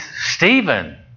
Stephen